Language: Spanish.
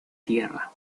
tierra